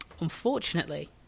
Unfortunately